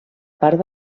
part